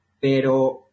pero